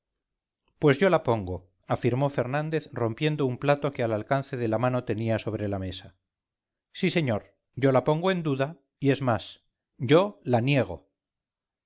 pues yo la pongo afirmó fernández rompiendoun plato que al alcance de la mano tenía sobre la mesa sí señor yo la pongo en duda y es más yo la niego